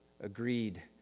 agreed